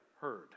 heard